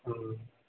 हम्म